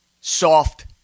soft